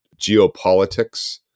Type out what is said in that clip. geopolitics